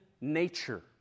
nature